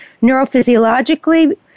neurophysiologically